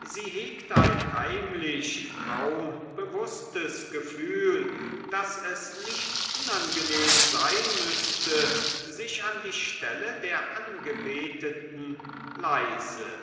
sie hegt ein heimlich kaum bewußtes gefühl daß es nicht unangenehm sein müßte sich an die stelle der angebeteten leise